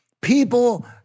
people